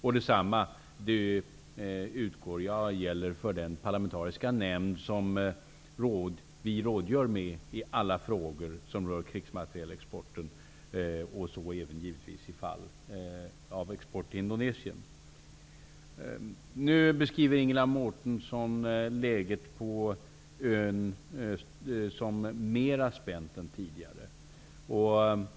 Jag utgår från att samma gäller för den parlamentariska nämnd som regeringen rådgör med i alla frågor som rör krigsmaterielexporten, och så givetvis även vid fall av export till Indonesien Nu beskriver Ingela Mårtensson läget på ön som mer spänt än tidigare.